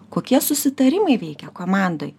kokie susitarimai veikia komandoj